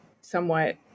somewhat